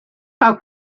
how